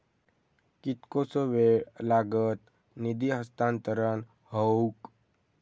कितकोसो वेळ लागत निधी हस्तांतरण हौक?